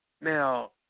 Now